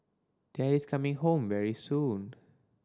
daddy's coming home very soon